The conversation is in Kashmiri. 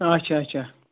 اَچھا اَچھا